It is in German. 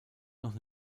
noch